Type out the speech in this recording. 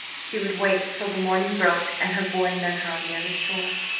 she would wait till the morning broke and her boy met her on the other shore.